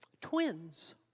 twins